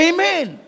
Amen